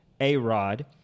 A-Rod